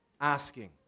asking